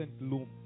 loom